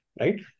right